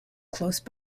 close